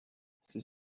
c’est